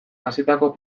hasitako